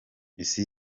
isi